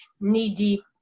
knee-deep